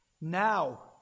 now